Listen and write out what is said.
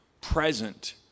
present